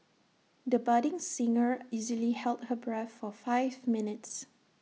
the budding singer easily held her breath for five minutes